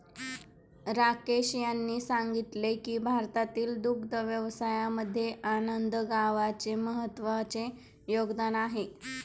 राकेश यांनी सांगितले की भारतातील दुग्ध व्यवसायामध्ये आनंद गावाचे महत्त्वाचे योगदान आहे